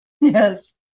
Yes